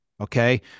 okay